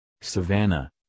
Savannah